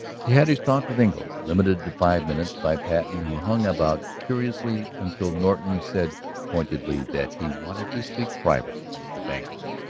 he had his talk with engle, limited to five minutes by patten who hung about curiously until norton said pointedly that he wanted to speak privately with the banker.